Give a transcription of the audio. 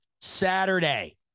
Saturday